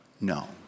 no